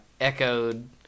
echoed